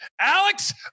Alex